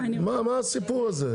מה הסיפור הזה?